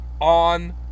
on